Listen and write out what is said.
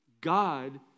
God